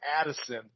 Addison